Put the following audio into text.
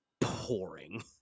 pouring